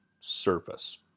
surface